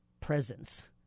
presence